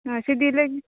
माशी दिले